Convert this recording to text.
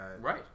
Right